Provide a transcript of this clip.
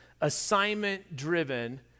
assignment-driven